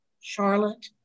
Charlotte